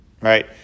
right